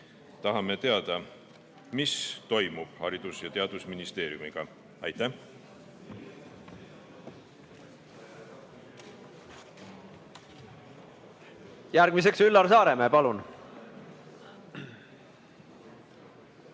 Tahame teada, mis toimub Haridus- ja Teadusministeeriumiga. Aitäh!